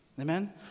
Amen